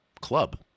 Club